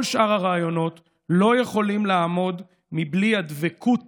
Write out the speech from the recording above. כל שאר הרעיונות לא יכולים לעמוד בלי הדבקות